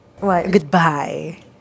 goodbye